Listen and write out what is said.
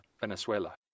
Venezuela